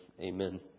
Amen